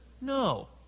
No